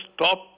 stop